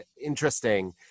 interesting